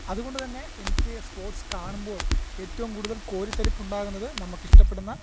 അതുകൊണ്ട് തന്നെ എനിക്ക് സ്പോർട്സ് കാണുമ്പോൾ ഏറ്റവും കൂടുതൽ കോരിത്തരിപ്പുണ്ടാകുന്നത് നമ്മുക്കിഷ്ടപ്പെടുന്ന